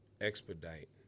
expedite